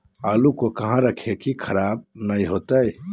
आलू को कहां रखे की खराब महिना हो?